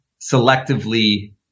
selectively